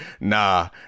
Nah